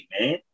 man